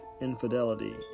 infidelity